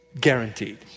Guaranteed